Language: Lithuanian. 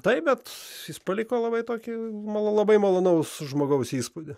taip bet jis paliko labai tokį mano labai malonaus žmogaus įspūdį